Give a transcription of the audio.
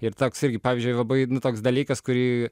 ir toks irgi pavyzdžiui labai nu toks dalykas kurį